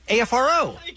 AFRO